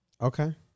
Okay